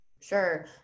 sure